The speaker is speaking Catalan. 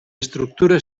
estructura